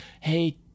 Hey